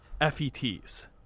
f-e-t's